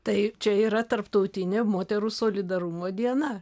tai čia yra tarptautinė moterų solidarumo diena